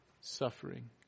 suffering